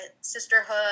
sisterhood